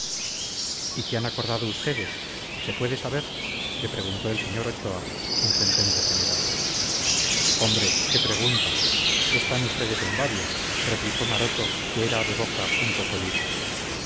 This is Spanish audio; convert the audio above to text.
y qué han acordado ustedes se puede saber le preguntó el sr ochoa intendente general hombre qué pregunta están ustedes en babia replicó maroto que era de boca un poco libre